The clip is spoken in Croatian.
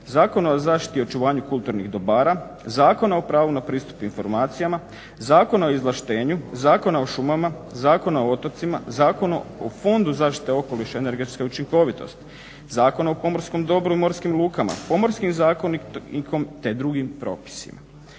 Zakona o zaštiti i očuvanju kulturnih dobara, Zakona o pravu na pristup informacijama, Zakona o izvlaštenju, Zakona o šumama, Zakona o otocima, Zakona o Fondu zaštite okoliša i energetske učinkovitosti, Zakona o pomorskom dobru i morskim lukama, Pomorskim zakonikom te drugim propisima.